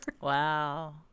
Wow